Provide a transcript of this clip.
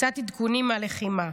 קצת עדכונים מהלחימה.